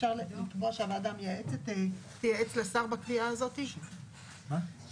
אפשר לקבוע שהוועדה המייעצת תייעץ לשר בקביעה הזאת של הממונה?